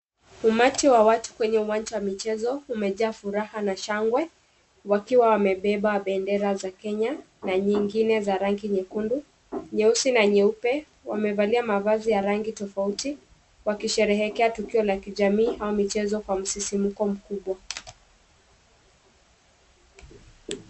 Umati wa watu kwenye uwanja wa michezo umejaa furaha na shangwe wakiwa wamebeba bendera za kenya na nyingine za rangi nyekundu nyeusi na nyeupe . Wamevalia mavazi ya rangi tofauti wakisherehekea tukio la kijami au michezo kwa msisimko mkubwa